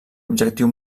objectiu